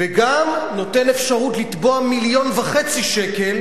וגם נותן אפשרות לתבוע מיליון וחצי שקל